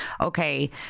Okay